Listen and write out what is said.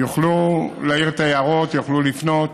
יוכלו להעיר את הערותיהם,